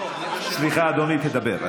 לא, אני אומר, סליחה, אדוני, דבר.